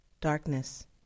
darkness